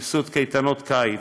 סבסוד קייטנות קיץ,